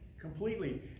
completely